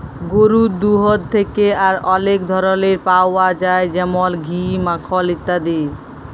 গরুর দুহুদ থ্যাকে আর অলেক ধরলের পাউয়া যায় যেমল ঘি, মাখল ইত্যাদি